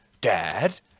Dad